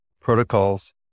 Protocols